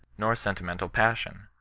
nor sentimental passion,